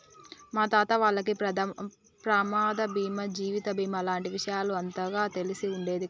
మా తాత వాళ్లకి ప్రమాద బీమా జీవిత బీమా లాంటి విషయాలు అంతగా తెలిసి ఉండేది కాదు